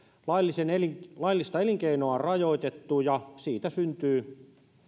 laillista elinkeinoa on rajoitettu ja siitä syntyy